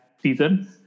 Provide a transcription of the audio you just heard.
season